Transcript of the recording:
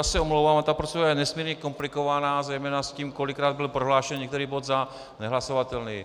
Já se omlouvám, ale ta procedura je nesmírně komplikovaná, zejména s tím, kolikrát byl prohlášen některý bod za nehlasovatelný.